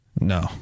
no